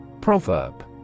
Proverb